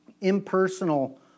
impersonal